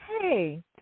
hey